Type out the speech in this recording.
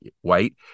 white